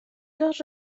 los